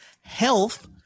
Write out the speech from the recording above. health